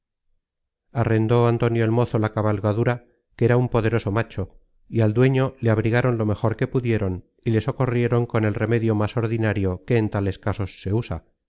arrendó antonio el mozo la cabalgadura que era un poderoso macho y al dueño le abrigaron lo mejor que pudieron y le socorrieron con el remedio más ordinario que en tales casos se usa